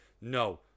No